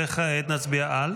וכעת נצביע על?